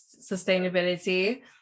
sustainability